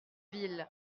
ville